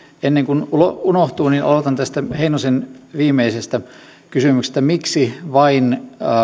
ennen kuin unohtuu aloitan tästä heinosen viimeisestä kysymyksestä miksi vain